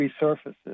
resurfaces